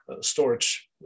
storage